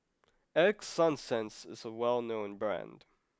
Ego Sunsense is a well known brand